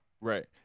Right